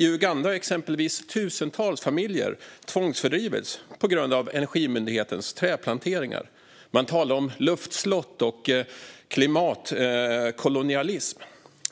I Uganda har exempelvis tusentals familjer tvångsfördrivits på grund av Energimyndighetens trädplanteringar. Man talar om luftslott och klimatkolonialism.